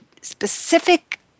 specific